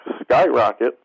skyrocket